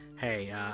hey